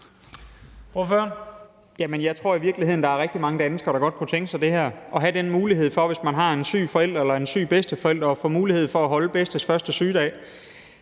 jeg tror i virkeligheden, at der er rigtig mange danskere, der godt kunne tænke sig det her, at have mulighed for, hvis man har en syg forælder eller en syg bedsteforælder, at holde bedstes første sygedag.